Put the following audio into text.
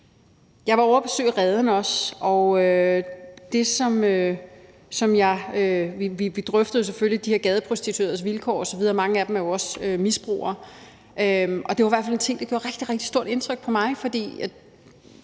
Jeg var også ovre at besøge Reden. Vi drøftede selvfølgelig de her gadeprostitueredes vilkår osv. Mange af dem er jo også misbrugere, og der var i hvert fald en ting, der gjorde rigtig, rigtig stort indtryk på mig. Hvis